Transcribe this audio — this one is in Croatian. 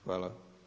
Hvala.